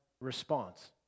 Response